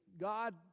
God